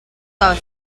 the